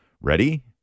ready